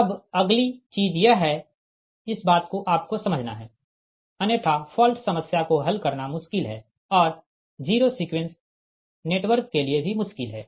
अब अगली चीज यह है इस बात को आपको समझना है अन्यथा फॉल्ट समस्या को हल करना मुश्किल है और जीरो सीक्वेंस नेटवर्क के लिए भी मुश्किल है